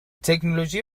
تکنولوژی